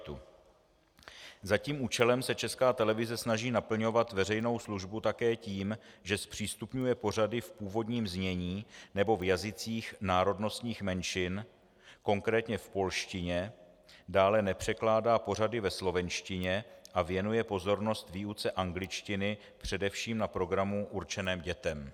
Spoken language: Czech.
Za tím účelem se Česká televize snaží naplňovat veřejnou službu také tím, že zpřístupňuje pořady v původním znění nebo v jazycích národnostních menšin, konkrétně v polštině, dále nepřekládá pořady ve slovenštině a věnuje pozornost výuce angličtiny především na programu určeném dětem.